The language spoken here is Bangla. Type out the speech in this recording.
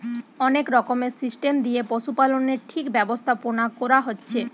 অনেক রকমের সিস্টেম দিয়ে পশুপালনের ঠিক ব্যবস্থাপোনা কোরা হচ্ছে